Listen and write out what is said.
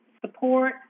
support